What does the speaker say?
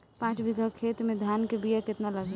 पाँच बिगहा खेत में धान के बिया केतना लागी?